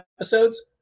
episodes